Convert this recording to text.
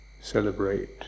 celebrate